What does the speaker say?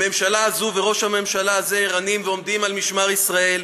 הממשלה הזאת וראש הממשלה הזה ערניים ועומדים על משמר ישראל,